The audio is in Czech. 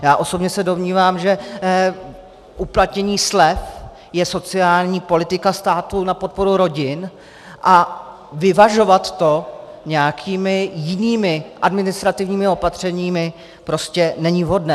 Já osobně se domnívám, že uplatnění slev je sociální politika státu na podporu rodin a vyvažovat to nějakými jinými administrativními opatřeními prostě není vhodné.